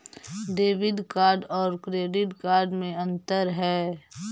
Debit card और credit card में अन्तर है?